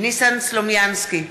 ניסן סלומינסקי,